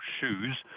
shoes